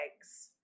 eggs